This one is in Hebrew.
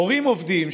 הורים עובדים,